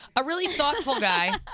a really thoughtful guy,